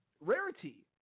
Rarity